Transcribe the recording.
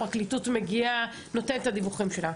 הפרקליטות מגיעה ונותנת את הדיווחים שלה.